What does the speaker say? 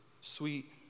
sweet